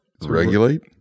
Regulate